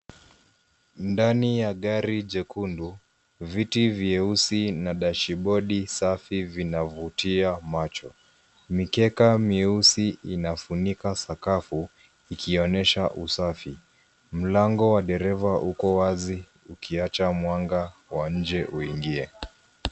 Ndani ya gari jekundu, viti vyeusi na dashibodi safi vinavutia macho. Mikeka mieusi inafunika sakafu ikionyesha usafi. Mlango wa dereva uko wazi ukiacha mwanga wa nje uingie.